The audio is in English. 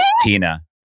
Tina